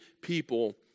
people